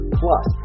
plus